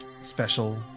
special